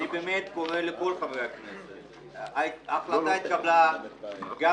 אני קורא לכל חברי הכנסת ההחלטה התקבלה גם